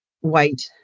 white